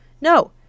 No